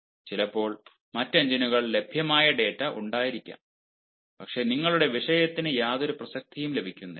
ചിലപ്പോൾ മറ്റ് എഞ്ചിനുകളിൽ ലഭ്യമായ ഡാറ്റ ഉണ്ടായിരിക്കാം പക്ഷേ നിങ്ങളുടെ വിഷയത്തിന് യാതൊരു പ്രസക്തിയും ലഭിക്കുന്നില്ല